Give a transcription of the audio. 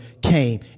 came